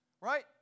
Right